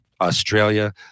Australia